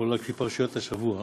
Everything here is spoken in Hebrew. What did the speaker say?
מחולק לפי פרשיות השבוע,